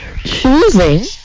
choosing